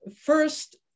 first